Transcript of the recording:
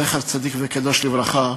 זכר צדיק וקדוש לברכה,